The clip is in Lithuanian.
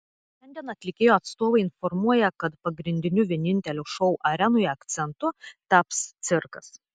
šiandien atlikėjo atstovai informuoja kad pagrindiniu vienintelio šou arenoje akcentu taps cirkas